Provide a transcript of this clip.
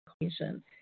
equation